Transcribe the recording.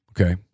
okay